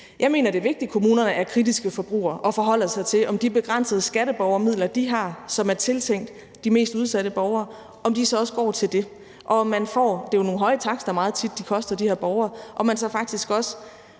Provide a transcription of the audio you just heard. Jeg mener, at det er vigtigt, at kommunerne er kritiske forbrugere og forholder sig til, om de begrænsede skatteborgermidler, de har, som er tiltænkt de mest udsatte borgere, så også går til det – det er jo nogle meget høje takster, som der skal betales for de her borgere – og om man faktisk også